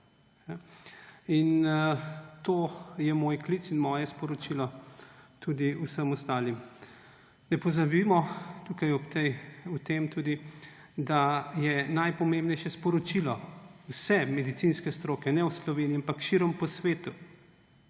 In to je moj klic in moje sporočilo tudi vsem ostalim. Ne pozabimo tukaj tudi, da je najpomembnejše sporočilo vse medicinske stroke, ne v Sloveniji, ampak širom po svetu,